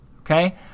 Okay